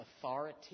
authority